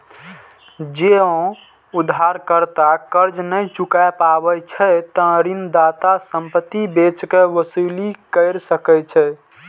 जौं उधारकर्ता कर्ज नै चुकाय पाबै छै, ते ऋणदाता संपत्ति बेच कें वसूली कैर सकै छै